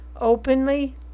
openly